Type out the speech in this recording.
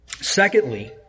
Secondly